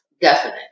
definite